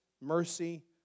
mercy